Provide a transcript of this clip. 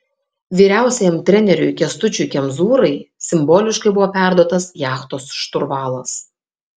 vyriausiajam treneriui kęstučiui kemzūrai simboliškai buvo perduotas jachtos šturvalas